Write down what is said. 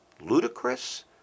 ludicrous